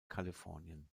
kalifornien